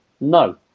No